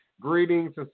Greetings